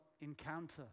encounter